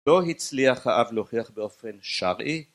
לא הצליח האב להוכיח באופן ש...